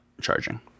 charging